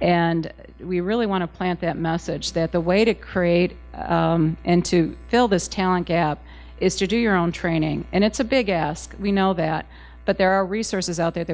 and we really want to plant that message that the way to create and to fill this talent gap is to do your own training and it's a big ask we know about but there are resources out there that